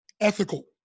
ethical